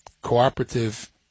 cooperative